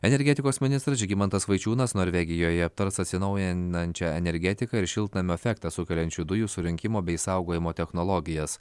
energetikos ministras žygimantas vaičiūnas norvegijoje aptars atsinaujinančią energetiką ir šiltnamio efektą sukeliančių dujų surinkimo bei saugojimo technologijas